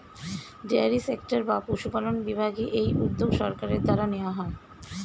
dairy sector বা পশুপালন বিভাগে এই উদ্যোগ সরকারের দ্বারা নেওয়া হয়